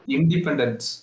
Independence